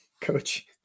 coach